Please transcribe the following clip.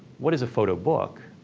what is a photo book?